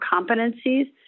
competencies